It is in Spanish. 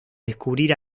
descubrir